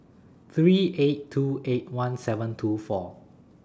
three eight two eight one seven two four